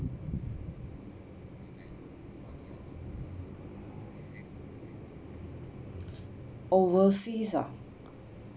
overseas ah